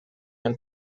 and